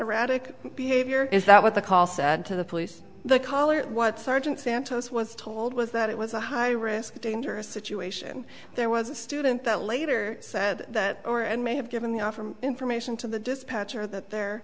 erratic behavior is that what the call said to the police the caller what sergeant santos was told was that it was a high risk dangerous situation there was a student that later said that or and may have given the off information to the dispatcher that the